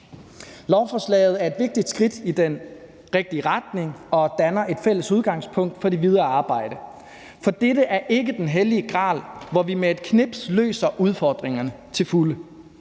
Lovforslaget er et vigtigt skridt i den rigtige retning og danner et fælles udgangspunkt for det videre arbejde, for dette er ikke den hellige gral, hvor vi med et knips løser udfordringerne til fulde.